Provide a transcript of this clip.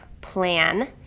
plan